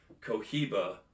Cohiba